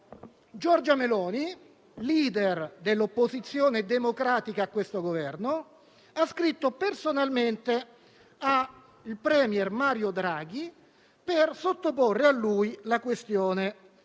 Giorgia Meloni, *leader* dell'opposizione democratica a questo Governo, ha scritto personalmente al *premier* Mario Draghi, per sottoporgli la questione